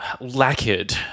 lacquered